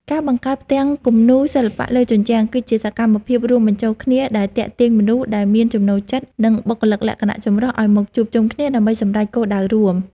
ការបង្កើតផ្ទាំងគំនូរសិល្បៈលើជញ្ជាំង គឺជាសកម្មភាពរួមបញ្ចូលគ្នាដែលទាក់ទាញមនុស្សដែលមានចំណូលចិត្ត និងបុគ្គលិកលក្ខណៈចម្រុះឱ្យមកជួបជុំគ្នាដើម្បីសម្រេចគោលដៅរួម។